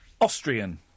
Austrian